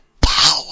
power